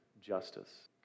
justice